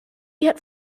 yet